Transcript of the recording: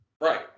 Right